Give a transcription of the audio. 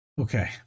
Okay